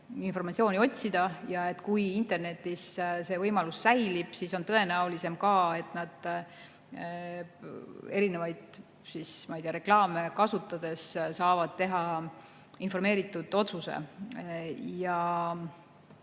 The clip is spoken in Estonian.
informatsiooni otsida, ja kui internetis see võimalus säilib, siis on tõenäolisem ka, et nad erinevaid reklaame kasutades saavad teha informeeritud otsuse.